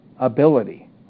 ability